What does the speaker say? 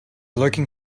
lurking